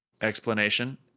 explanation